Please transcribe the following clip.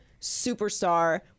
superstar